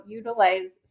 utilize